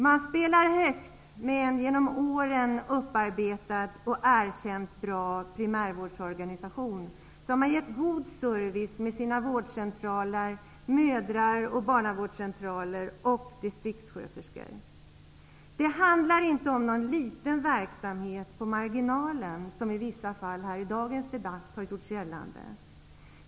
Man spelar högt med en genom åren upparbetad och erkänt bra primärvårdsorganisation som har gett god service med sina vårdcentraler, mödra och barnavårdscentraler och distriktssköterskor. Det handlar inte om någon liten verksamhet på marginalen, som i vissa fall här i dagens debatt har gjorts gällande.